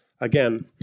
again